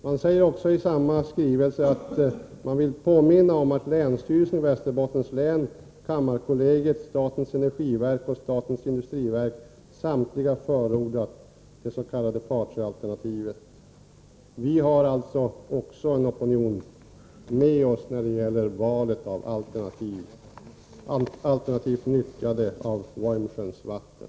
Man påminner också i samma skrivelse om att länsstyrelsen i Västerbottens län, kammarkollegiet, statens energiverk och statens industriverk samtliga förordar dets.k. Fatsjöalternativet. Vi har alltså också en opinion med oss när det gäller valet av alternativet att nyttja Vojmsjöns vatten.